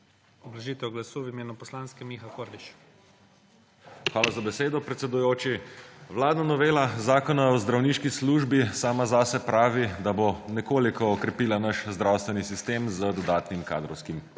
Obrazložitev glasu v imenu poslanske, Miha Kordiš. MIHA KORDIŠ (PS Levica): Hvala za besedo, predsedujoči. Vladna novela Zakona o zdravniški službi sama za sebe pravi, da bo nekoliko okrepila naš zdravstveni sistem z dodatnim kadrovskim